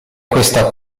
questa